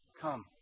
come